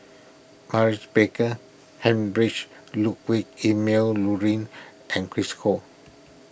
Maurice Baker Heinrich Ludwig Emil Luering and Chris Ho